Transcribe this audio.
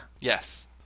Yes